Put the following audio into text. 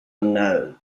unknown